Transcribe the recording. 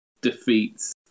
defeats